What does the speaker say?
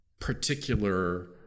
particular